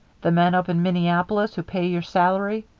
the men up in minneapolis who pay your salary,